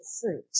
fruit